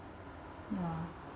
ya